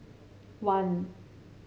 one